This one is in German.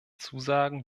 zusagen